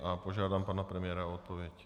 A požádám pana premiéra o odpověď.